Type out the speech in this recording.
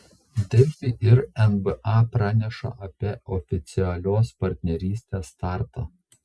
delfi ir nba praneša apie oficialios partnerystės startą